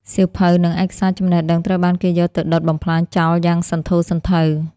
សៀវភៅ និងឯកសារចំណេះដឹងត្រូវបានគេយកទៅដុតបំផ្លាញចោលយ៉ាងសន្ធោសន្ធៅ។